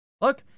Look